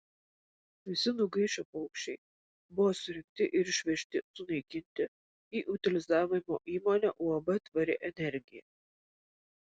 visi nugaišę paukščiai buvo surinkti ir išvežti sunaikinti į utilizavimo įmonę uab tvari energija